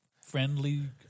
friendly